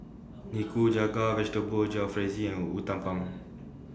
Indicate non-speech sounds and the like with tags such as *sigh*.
*noise* Nikujaga Vegetable Jalfrezi and Uthapam